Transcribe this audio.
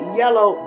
yellow